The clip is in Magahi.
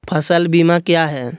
फ़सल बीमा क्या है?